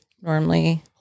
normally